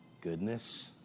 goodness